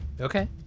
Okay